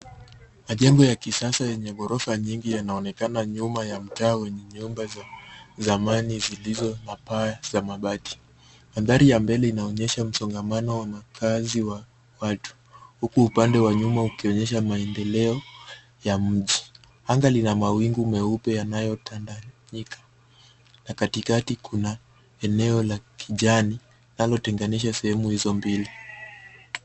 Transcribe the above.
Majengo ya kisasa yenye ghorofa nyingi yanaonekana nyuma ya mtaa wenye nyumba za zamani, zilizo na paa za mabati. Mandhari ya mbele inaonyesha msongamano wa makazi wa watu, huku upande wa nyuma ukionyesha maendeleo ya mji. Anga lina mawingu meupe yaliyotandanyika, na katikati kuna eneo la kijani linalotenganisha sehemu hizo mbili.